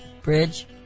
bridge